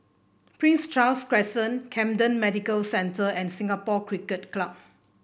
Prince Charles Crescent Camden Medical Center and Singapore Cricket Club